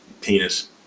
penis